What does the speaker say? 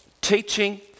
teaching